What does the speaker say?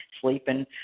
sleeping